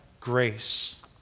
grace